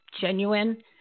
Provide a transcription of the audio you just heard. genuine